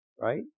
right